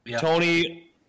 Tony